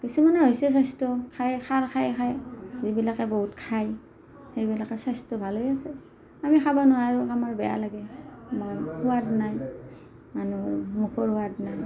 কিছুমানৰ হৈছে স্বাস্থ্য খাই খাৰ খাই খাই যিবিলাকে বহুত খায় সেইবিলাকে স্বাস্থ্য ভালেই হৈছে আমি খাব নোৱাৰোঁ আমাৰ বেয়া লাগে সোৱাদ নাই মানুহৰ মুখৰ সোৱাদ নাই